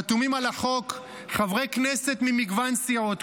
חתומים על החוק חברי כנסת ממגוון סיעות,